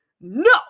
no